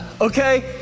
Okay